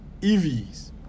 EVs